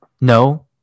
No